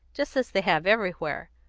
just as they have everywhere,